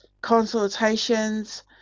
consultations